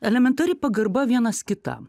elementari pagarba vienas kitam